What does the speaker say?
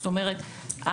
זאת אומרת,